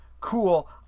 cool